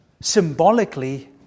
symbolically